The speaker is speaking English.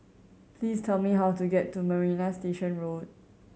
please tell me how to get to Marina Station Road